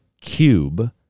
cube